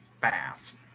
fast